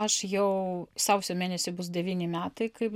aš jau sausio mėnesį bus devyni metai kaip